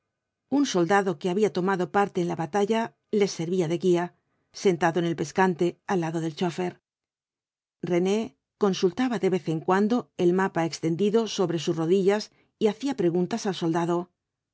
un soldado que había tomado parte en la batalla les servía de guía sentado en el pescante al lado del chófer rene consultaba de vez en cuando el mapa extendido sobre sus rodillas y hacía preguntas al soldado